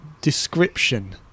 Description